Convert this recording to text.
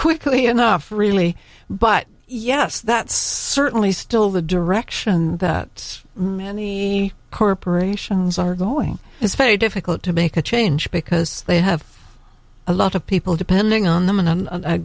quickly enough really but yes that's certainly still the direction that many corporations are going his faith difficult to make a change because they have a lot of people depending on them and a